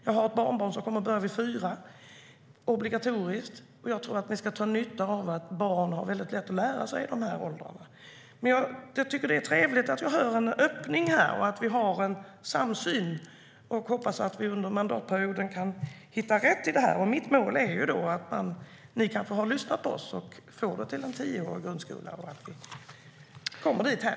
Jag har ett barnbarn som kommer att börja vid fyra års ålder, och det är obligatoriskt. Jag tror att vi ska ta vara på att barn har väldigt lätt att lära sig i dessa åldrar.